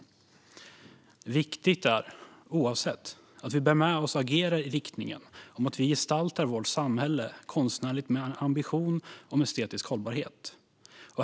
Oavsett detta är det viktigt att vi bär med oss och agerar i riktningen att vi gestaltar vårt samhälle konstnärligt med en ambition om estetisk hållbarhet.